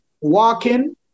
walking